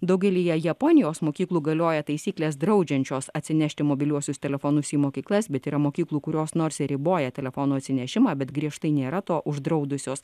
daugelyje japonijos mokyklų galioja taisyklės draudžiančios atsinešti mobiliuosius telefonus į mokyklas bet yra mokyklų kurios nors ir riboja telefonų atsinešimą bet griežtai nėra to uždraudusios